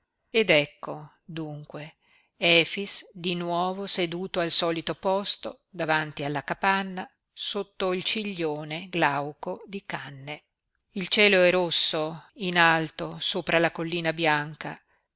ed ecco dunque efix di nuovo seduto al solito posto davanti alla capanna sotto il ciglione glauco di canne il cielo è rosso in alto sopra la collina bianca